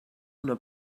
una